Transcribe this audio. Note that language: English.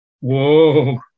Whoa